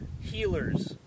healers